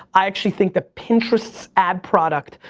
i actually think that pinterest's ad product,